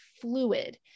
fluid